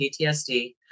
PTSD